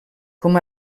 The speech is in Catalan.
com